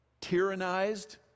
tyrannized